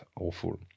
awful